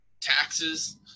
taxes